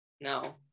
no